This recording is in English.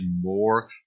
more